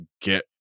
get